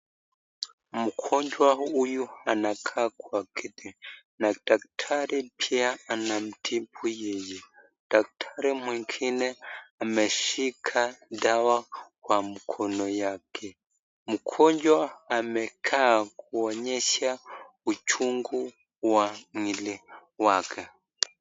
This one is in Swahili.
Mgonjwa huyu anakaa kwa kiti, na daktari pia anmtibu yeye. Daktari mwingine ameshika dawa kwa mkono yake mgonjwa amekaa kuonyesha uchungu wa mwili wake.